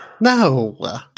No